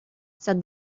said